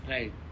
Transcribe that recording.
Right